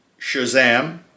Shazam